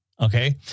okay